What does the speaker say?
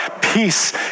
peace